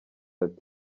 ati